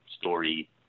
story